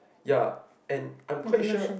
ya and I'm quite sure